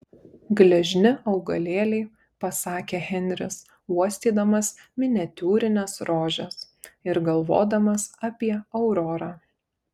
gležni augalėliai pasakė henris uostydamas miniatiūrines rožes ir galvodamas apie aurorą